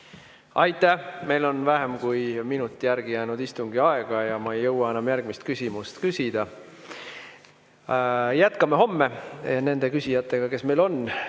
Aitäh! Meil on vähem kui minut jäänud istungiaega ja ma ei jõua enam järgmist küsimust võtta. Jätkame homme nende küsijatega, kes meil on,